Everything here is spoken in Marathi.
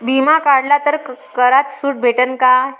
बिमा काढला तर करात सूट भेटन काय?